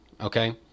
okay